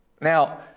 Now